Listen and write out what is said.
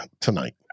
tonight